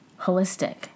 holistic